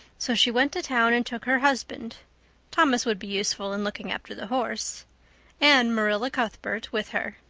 so she went to town and took her husband thomas would be useful in looking after the horse and marilla cuthbert with her.